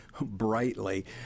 brightly